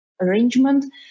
arrangement